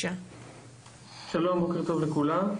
שלום, בוקר טוב לכולם.